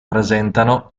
presentano